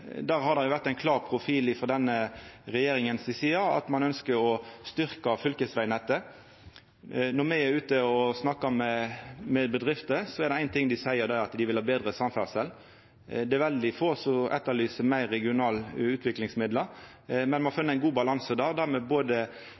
Der har det jo vore ein klar profil frå denne regjeringa si side at ein ønskjer å styrkja fylkesvegnettet. Når me er ute og snakkar med bedrifter, er det éin ting dei seier, det er at dei vil ha betre samferdsel. Det er veldig få som etterlyser fleire regionale utviklingsmidlar. Men me har funne ein god balanse der, der me saman med